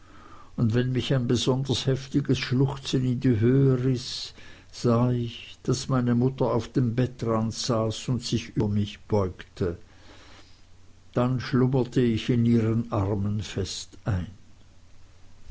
und wenn mich ein besonders heftiges schluchzen in die höhe riß sah ich daß meine mutter auf dem bettrand saß und sich über mich beugte dann schlummerte ich in ihren armen fest ein